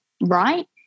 right